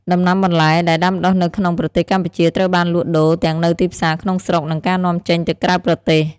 ដំណាំបន្លែ ដែលដាំដុះនៅក្នុងប្រទេសកម្ពុជាត្រូវបានលក់ដូរទាំងនៅទីផ្សារក្នុងស្រុក និងការនាំចេញទៅក្រៅប្រទេស។